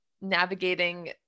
navigating